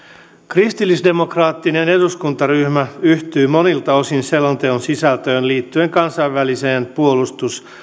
kristillisdemokraattinen eduskuntaryhmä yhtyy monilta osin selonteon sisältöön liittyen kansainväliseen puolustus